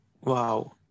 wow